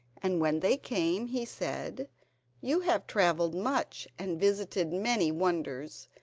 and when they came he said you have travelled much and visited many wonders.